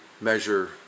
measure